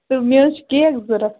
تہٕ مےٚ حظ چھُ کیک ضروٗرت